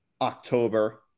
october